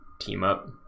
team-up